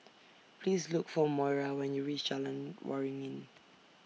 Please Look For Moira when YOU REACH Jalan Waringin